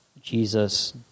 Jesus